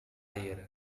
air